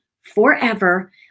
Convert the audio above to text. forever